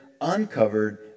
uncovered